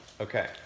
okay